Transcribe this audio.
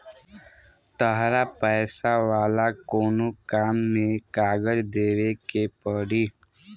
तहरा पैसा वाला कोनो काम में कागज देवेके के पड़ी